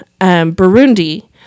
Burundi